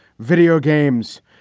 video games.